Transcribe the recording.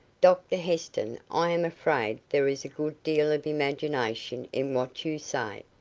dr heston, i am afraid there is a good deal of imagination in what you say.